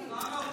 למה?